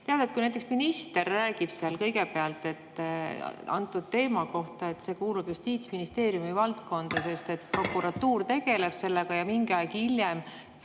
teada, et kui minister räägib seal kõigepealt antud teema kohta, et see kuulub Justiitsministeeriumi valdkonda, sest prokuratuur tegeleb sellega, ja mingi aeg hiljem